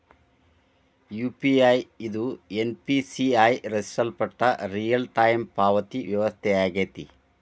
UPI ಇದು NPCI ರಚಿಸಲ್ಪಟ್ಟ real time ಪಾವತಿ ವ್ಯವಸ್ಥೆಯಾಗೆತಿ